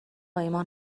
ایمان